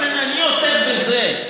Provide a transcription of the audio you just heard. לכן אני עוסק בזה.